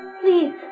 Please